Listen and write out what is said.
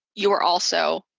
you are also